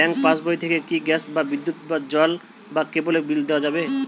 Bank পাশবই থেকে কি গ্যাস বা বিদ্যুৎ বা জল বা কেবেলর বিল দেওয়া যাবে?